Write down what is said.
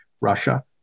Russia